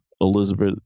Elizabeth